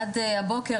עד הבוקר,